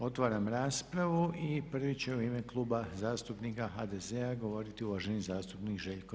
Otvaram raspravu i prvi će u ime Kluba zastupnika HDZ-a govoriti uvaženi zastupnik Željko